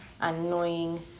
annoying